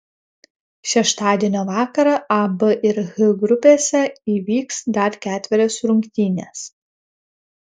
šeštadienio vakarą a b ir h grupėse įvyks dar ketverios rungtynės